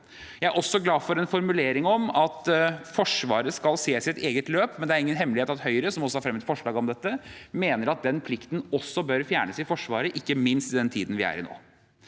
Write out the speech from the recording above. Jeg er også glad for en formulering om at Forsvaret skal se på sitt eget løp, men det er ingen hemmelighet at Høyre – som også har fremmet forslag om dette – mener at den plikten også bør fjernes i Forsvaret, ikke minst i den tiden vi er i nå.